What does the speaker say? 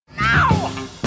No